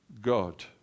God